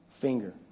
finger